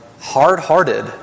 hard-hearted